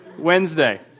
Wednesday